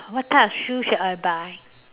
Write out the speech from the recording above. what type of shoes should I buy